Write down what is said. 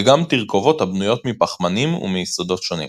וגם תרכובות הבנויות מפחמנים ומיסודות שונים.